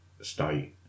state